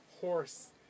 horse